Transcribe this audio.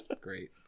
Great